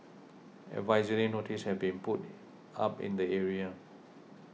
advisory notices have been put up in the area